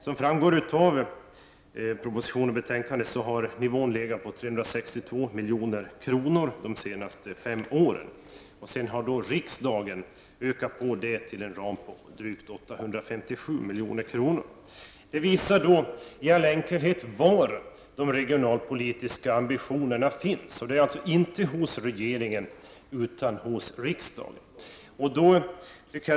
Som framgår av propositionen och betänkandet har nivån legat på 362 milj.kr. de senaste fem åren, och sedan har riksdagen ökat ramen till drygt 857 milj.kr. Det visar i all enkelhet var de regionalpolitiska ambitionerna finns, dvs. inte hos regeringen utan hos riksdagen.